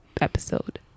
episode